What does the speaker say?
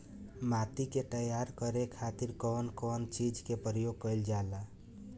माटी के तैयार करे खातिर कउन कउन चीज के प्रयोग कइल जाला?